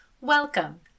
Welcome